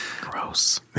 Gross